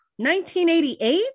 1988